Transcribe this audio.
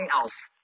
else